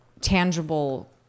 tangible